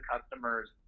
customers